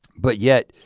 but yet,